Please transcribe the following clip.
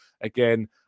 again